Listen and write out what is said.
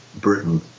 Britain